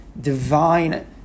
divine